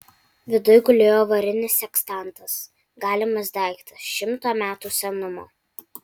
viduj gulėjo varinis sekstantas galimas daiktas šimto metų senumo